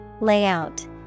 Layout